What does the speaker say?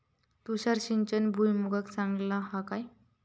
तुषार सिंचन भुईमुगाक चांगला हा काय?